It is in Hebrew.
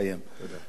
אדוני השר,